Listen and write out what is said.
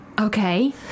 Okay